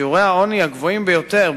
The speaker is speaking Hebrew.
שיעורי העוני הגבוהים ביותר,